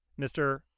Mr